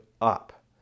up